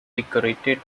decorated